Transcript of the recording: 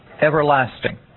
everlasting